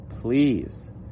Please